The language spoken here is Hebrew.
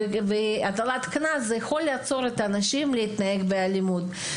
והטלת קנס יכולה לעצור אנשים מהתנהגות אלימה.